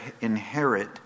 inherit